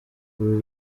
uru